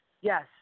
Yes